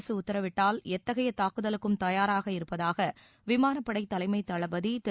அரசு உத்தரவிட்டால் எத்தகைய தாக்குதலுக்கும் தயாராக இருப்பதாக விமானப்படைத் தலைமைத் தளபதி திரு